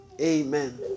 Amen